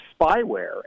spyware